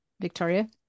Victoria